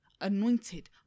anointed